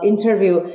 interview